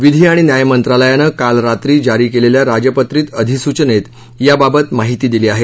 विधी आणि न्याय मंत्रालयानं काल रात्री जारी केलेल्या राजपत्रित अधिसूचनेत याबाबत माहिती दिली आहे